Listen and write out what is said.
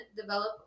develop